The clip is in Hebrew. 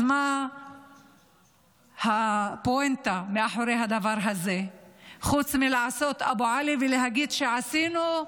אז מה הפואנטה מאחורי הדבר הזה חוץ מלעשות "אבו עלי" ולהגיד: עשינו,